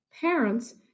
parents